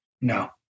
No